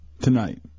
Tonight